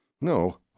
No